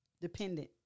Dependent